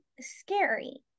scary